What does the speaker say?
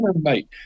mate